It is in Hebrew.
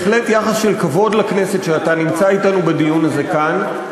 בהחלט זה יחס של כבוד לכנסת שאתה נמצא אתנו בדיון הזה כאן.